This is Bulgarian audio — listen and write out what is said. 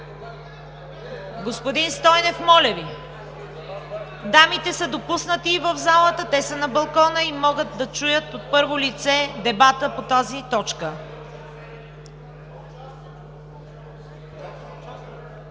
Господин Стойнев, моля Ви! Дамите са допуснати в залата – те са на балкона и могат да чуят от първо лице дебата по тази точка.